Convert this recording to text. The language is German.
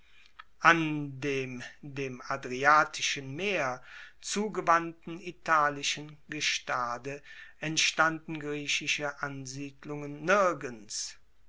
an dem dem adriatischen meer zugewandten italischen gestade entstanden griechische ansiedlungen nirgends